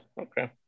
Okay